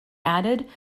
added